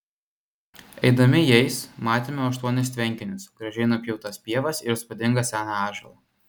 eidami jais matėme aštuonis tvenkinius gražiai nupjautas pievas ir įspūdingą seną ąžuolą